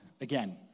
again